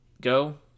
Go